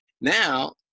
now